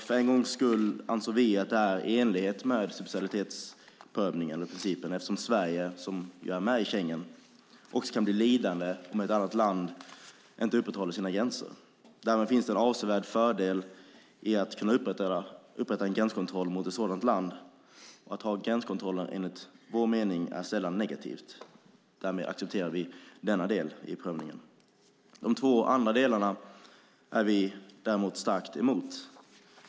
För en gångs skull anser vi att detta är i enlighet med subsidiaritetsprincipen eftersom Sverige, som är med i Schengen, också kan bli lidande om ett annat land inte upprätthåller sina gränser. Därmed finns det en avsevärd fördel i att kunna upprätta en gränskontroll mot ett sådant land, och det är enligt vår mening sällan negativt att ha gränskontroller. Därmed accepterar vi denna del i prövningen. De två andra delarna är vi däremot starkt emot.